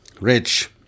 Rich